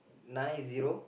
nine zero